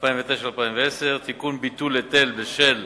2009 ו-2010) (תיקון, ביטול היטל בשל